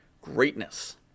greatness